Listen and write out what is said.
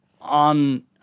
on